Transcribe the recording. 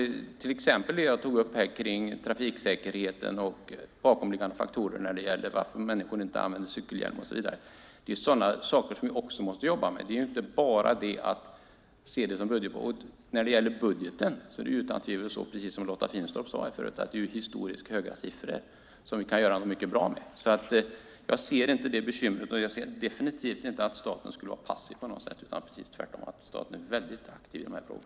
Det gäller till exempel det som jag tog upp om trafiksäkerheten och bakomliggande faktorer till att människor inte använder cykelhjälm och så vidare. Sådana saker måste vi också jobba med. När det gäller budgeten är det utan tvivel, precis som Lotta Finstorp sade här tidigare, historiskt höga siffror som vi kan göra något mycket bra med. Jag ser därför inte detta bekymmer, och jag ser definitivt inte att staten skulle vara passiv på något sätt. Det är tvärtom så att staten är mycket aktiv i dessa frågor.